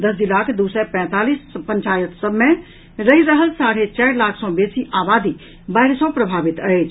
दस जिलाक दू सय पैंतालीस पंचायत सभ मे रहि रहल साढ़े चारि लाख सॅ बेसी आबादी बाढ़ि सॅ प्रभावित अछि